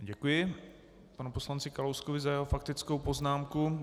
Děkuji panu poslanci Kalouskovi za jeho faktickou poznámku.